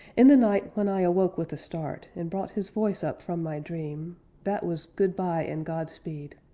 in the night when i awoke with a start, and brought his voice up from my dream that was goodbye and godspeed.